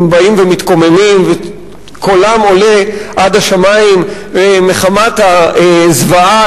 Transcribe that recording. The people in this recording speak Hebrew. הם באים ומתקוממים וקולם עולה עד השמים מחמת הזוועה